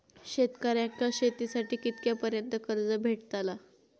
शेतकऱ्यांका शेतीसाठी कितक्या पर्यंत कर्ज भेटताला?